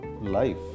life